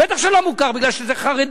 בטח שזה לא מוכר, כי זה חרדים.